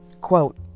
Quote